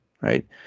right